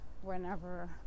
whenever